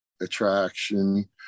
attraction